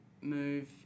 move